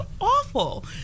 awful